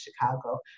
Chicago